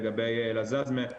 לגבי אל עזאזמה,